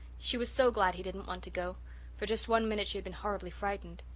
she was so glad he didn't want to go for just one minute she had been horribly frightened.